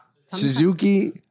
Suzuki